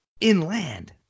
inland